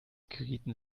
gerieten